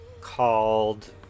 called